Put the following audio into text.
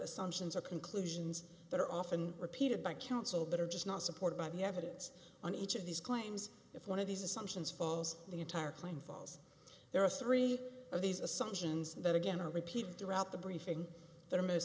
assumptions or conclusions that are often repeated by counsel that are just not supported by the evidence on each of these claims if one of these assumptions falls the entire claim falls there are three of these assumptions that again are repeated throughout the briefing that are most